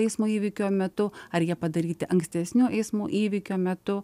eismo įvykio metu ar jie padaryti ankstesniu eismo įvykio metu